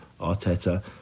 Arteta